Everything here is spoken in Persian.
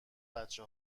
بچه